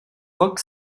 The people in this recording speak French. roc